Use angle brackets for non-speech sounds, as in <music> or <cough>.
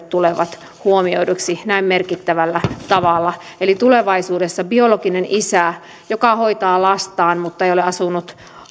<unintelligible> tulevat huomioiduksi näin merkittävällä tavalla eli tulevaisuudessa biologinen isä joka hoitaa lastaan mutta ei ole asunut